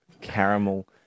caramel